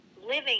living